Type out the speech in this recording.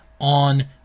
on